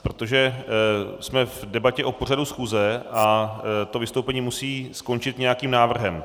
Protože jsme v debatě o pořadu schůze a to vystoupení musí skončit nějakým návrhem.